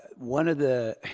one of the,